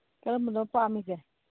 ꯀꯔꯝꯕꯅꯣ ꯄꯥꯝꯃꯤꯁꯦ